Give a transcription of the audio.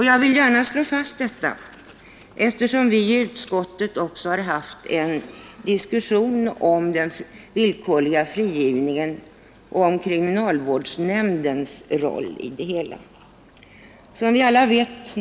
Jag vill gärna slå fast detta, eftersom vi i justitieutskottet också har fört en diskussion om den villkorliga frigivningen och om kriminalvårdsnämndens praxis i sammanhanget.